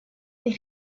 les